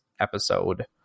episode